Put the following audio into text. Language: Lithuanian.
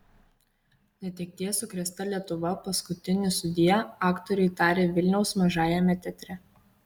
netekties sukrėsta lietuva paskutinį sudie aktoriui tarė vilniaus mažajame teatre